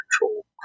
control